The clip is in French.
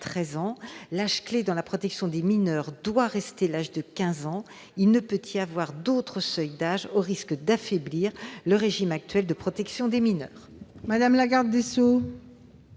ans. L'âge clé dans la protection des mineurs doit rester l'âge de quinze ans. Il ne peut y avoir d'autre seuil d'âge, au risque d'affaiblir le régime actuel de protection des mineurs. C'est de l'entêtement